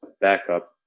backup